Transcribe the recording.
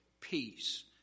peace